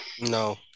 no